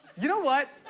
you know what?